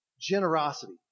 generosity